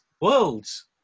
worlds